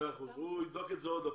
הוא יבדוק את זה שוב.